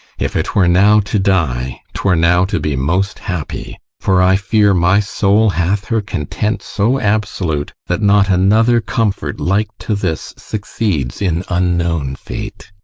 if it were now to die, twere now to be most happy for, i fear, my soul hath her content so absolute that not another comfort like to this succeeds in unknown fate.